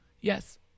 Yes